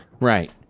Right